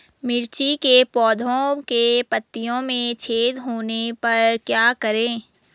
मिर्ची के पौधों के पत्तियों में छेद होने पर क्या करें?